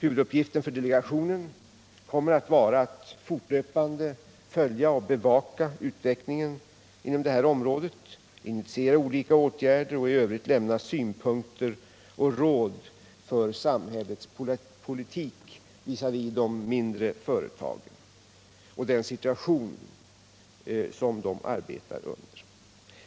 Huvuduppgiften för delegationen kommer att vara att fortlöpande följa och bevaka utvecklingen inom detta område, initiera olika åtgärder och i övrigt ge synpunkter och råd för samhällets politik visavi de mindre företagen och den situation som de arbetar under.